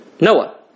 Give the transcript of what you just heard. Noah